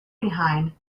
behind